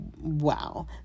wow